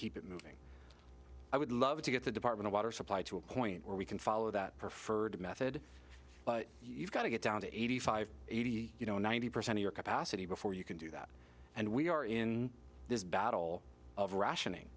keep it moving i would love to get the department of water supply to a point where we can follow that preferred method but you've got to get down to eighty five eighty you know ninety percent of your capacity before you can do that and we are in this battle of rationing